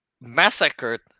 massacred